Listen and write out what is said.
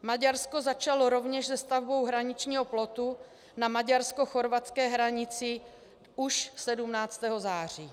Maďarsko začalo rovněž se stavbou hraničního plotu na maďarskochorvatské hranici už 17. září.